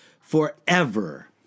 forever